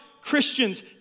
Christians